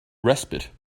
respite